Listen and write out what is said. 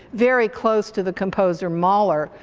very close to the composer mahler,